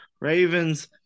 ravens